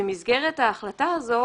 במסגרת החלטה זו,